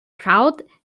crowd